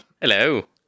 Hello